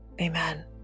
amen